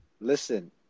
Listen